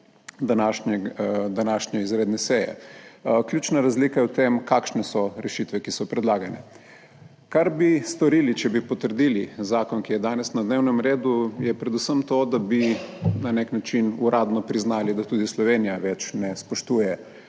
današnje izredne seje. Ključna razlika je v tem, kakšne so rešitve, ki so predlagane. Kar bi storili, če bi potrdili zakon, ki je danes na dnevnem redu, je predvsem to, da bi na nek način uradno priznali, da tudi Slovenija več ne spoštuje